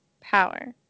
Power